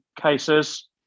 cases